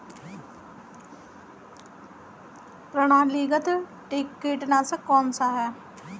प्रणालीगत कीटनाशक कौन सा है?